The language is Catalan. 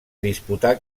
disputar